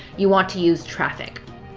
you want to use traffic.